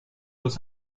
los